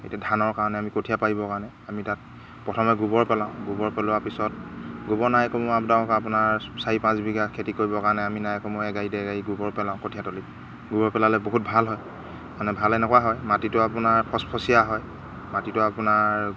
এতিয়া ধানৰ কাৰণে আমি কঠীয়া পাৰিবৰ কাৰণে আমি তাত প্ৰথমে গোবৰ পেলাওঁ গোবৰ পেলোৱাৰ পিছত গোবৰ নাই কমেও আপোনাৰ চাৰি পাঁচ বিঘা খেতি কৰিবৰ কাৰণে আমি নাই কমেও একগাড়ী দুইগাড়ী গোবৰ পেলাওঁ কঠীয়াতলিত গোবৰ পেলালে বহুত ভাল হয় মানে ভাল এনেকুৱা হয় মাটিটো আপোনাৰ ফচফচিয়া হয় মাটিটো আপোনাৰ